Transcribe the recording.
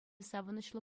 савӑнӑҫлӑ